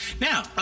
Now